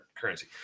currency